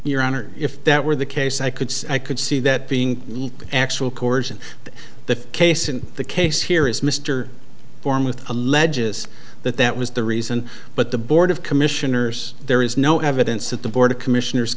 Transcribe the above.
your honor if that were the case i could see i could see that being lead actual course in the case in the case here is mr form with alleges that that was the reason but the board of commissioners there is no evidence that the board of commissioners